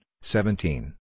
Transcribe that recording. seventeen